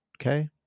Okay